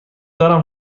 دارم